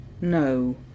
No